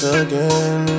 again